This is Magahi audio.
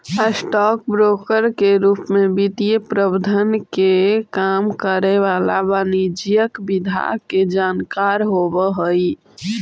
स्टॉक ब्रोकर के रूप में वित्तीय प्रबंधन के काम करे वाला वाणिज्यिक विधा के जानकार होवऽ हइ